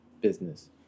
business